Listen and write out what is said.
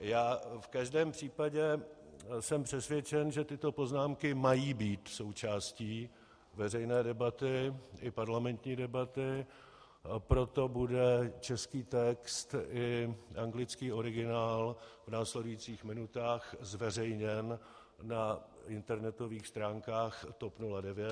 V každém případě jsem přesvědčen, že tyto poznámky mají být součástí veřejné debaty i parlamentní debaty, a proto bude český text i anglický originál v následujících minutách zveřejněn na internetových stránkách TOP 09.